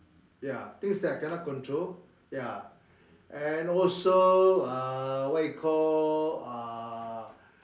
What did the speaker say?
ya things that I cannot control ya and also uh what you call uh